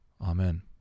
Amen